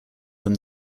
from